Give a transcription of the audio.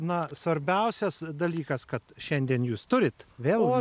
na svarbiausias dalykas kad šiandien jūs turit vėl